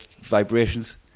vibrations